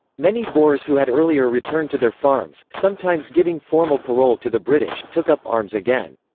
many boers who had earlier returned to their farms, sometimes giving formal parole to the british, took up arms again.